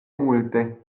multe